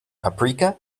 paprika